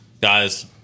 Guys